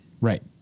Right